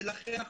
ולכן,